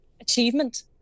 achievement